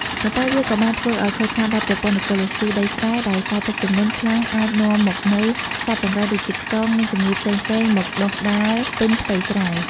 ប៉ុន្តែវាក៏បានធ្វើឱ្យខូចខាតដល់ប្រព័ន្ធអេកូឡូស៊ីដីស្រែ ដោយសារទឹកជំនន់ខ្លាំងអាចនាំមកនូវសត្វចង្រៃដូចជាខ្យង និងជំងឺផ្សេងៗមកដុះដាលពេញផ្ទៃស្រែ។